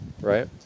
right